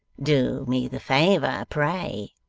do me the favour, pray